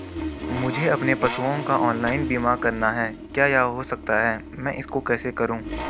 मुझे अपने पशुओं का ऑनलाइन बीमा करना है क्या यह हो सकता है मैं इसको कैसे करूँ?